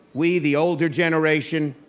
we, the older generation,